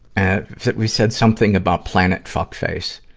ah, that we said something about planet fuckface,